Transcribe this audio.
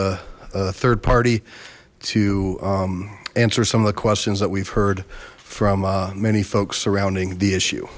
a third party to answer some of the questions that we've heard from many folks surrounding the issue